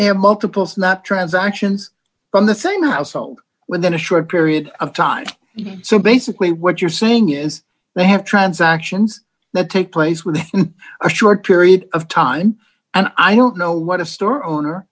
there multiples not transactions from the same household within a short period of time so basically what you're saying is they have transactions that take place within a short period of time and i don't know what a store owner